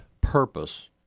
purpose